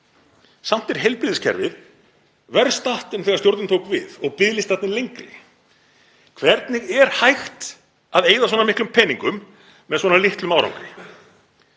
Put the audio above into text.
Samt er heilbrigðiskerfið verr statt en þegar stjórnin tók við og biðlistarnir lengri. Hvernig er hægt að eyða svona miklum peningum með svona litlum árangri?